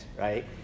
right